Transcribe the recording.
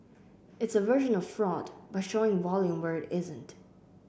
it is a version of fraud by showing volume where it isn't